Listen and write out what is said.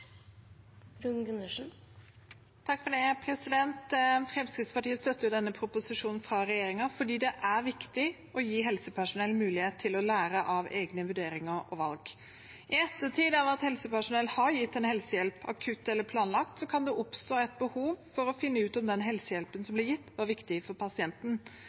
Fremskrittspartiet støtter denne proposisjonen fra regjeringen fordi det er viktig å gi helsepersonell mulighet til å lære av egne vurderinger og valg. I ettertid av at helsepersonell har gitt en helsehjelp, akutt eller planlagt, kan det oppstå et behov for å finne ut om den helsehjelpen som ble gitt, var viktig for pasienten.